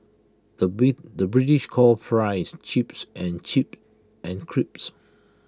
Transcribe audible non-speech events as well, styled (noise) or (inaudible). the (unintelligible) the British calls Fries Chips and chips and crisps